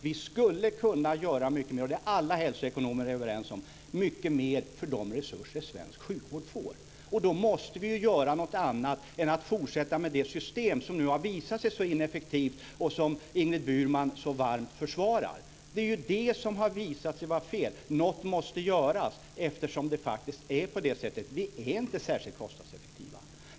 Vi skulle kunna göra mycket mer för de resurser som svensk sjukvård får - det är alla hälsoekonomer överens om. Då måste vi göra något annat än att fortsätta med det system som nu har visat sig vara så ineffektivt men som Ingrid Burman så varmt försvarar. Det har visat sig vara fel. Något måste göras eftersom det faktiskt är på det sättet. Vi är inte särskilt kostnadseffektiva.